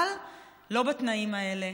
אבל לא בתנאים האלה,